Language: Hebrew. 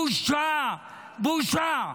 בושה, בושה.